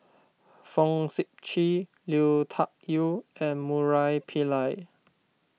Fong Sip Chee Lui Tuck Yew and Murali Pillai